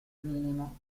minimo